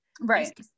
right